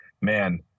man